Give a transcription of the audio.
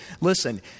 Listen